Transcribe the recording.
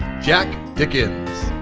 jac dickens,